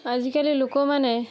ଆଜିକାଲି ଲୋକମାନେ